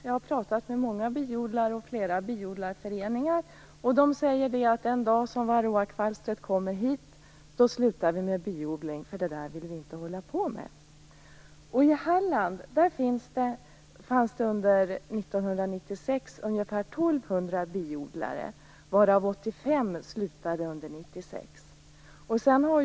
Jag har pratat med många biodlare och flera biodlarföreningar, och de säger att den dag varroakvalstret kommer till dem slutar de med biodling, för det där vill de inte hålla på med. I Halland fanns år 1996 ungefär 1 200 biodlare, varav 85 slutade under 1996.